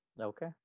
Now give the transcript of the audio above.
Okay